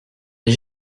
les